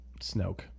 Snoke